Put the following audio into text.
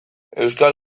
euskal